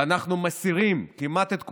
ואנחנו מסירים כמעט את כולן,